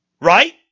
Right